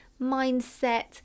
mindset